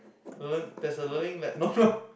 Lea~ there's a Learning Lab no no